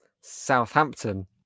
Southampton